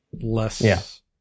less